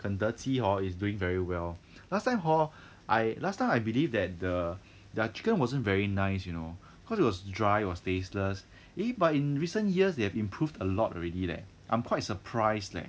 肯德基 hor is doing very well last time hor I last time I believe that the their chicken wasn't very nice you know cause it was dry it was tasteless eh but in recent years they have improved a lot already leh I'm quite surprised leh